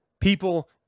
people